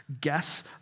guess